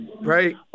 right